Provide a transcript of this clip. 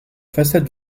façade